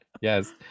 Yes